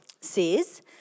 says